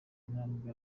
intambwe